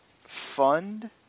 fund